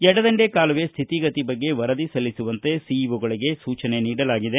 ಎಡದಂಡೆ ಕಾಲುವೆ ಸ್ಥಿತಿ ಗತಿ ಬಗ್ಗೆ ವರದಿ ಸಲ್ಲಿಸುವಂತೆ ಸಿಇಒ ಗಳಗೆ ಸೂಚನೆ ನೀಡಲಾಗಿದೆ